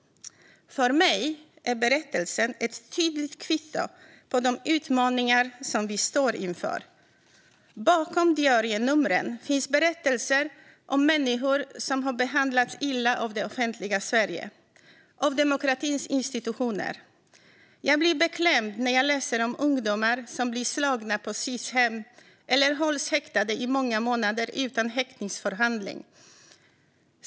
För mig är berättelsen ett tydligt kvitto på de utmaningar som vi står inför. Bakom diarienumren finns berättelser om människor som har behandlats illa av det offentliga Sverige, av demokratins institutioner. Jag blir beklämd när jag läser om ungdomar som blir slagna på Sis-hem, eller hålls häktade i många månader utan häktningsförhandling.